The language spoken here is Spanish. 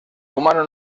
humano